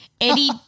Eddie